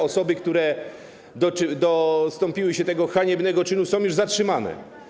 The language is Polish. Osoby, które dopuściły się tego haniebnego czynu, są już zatrzymane.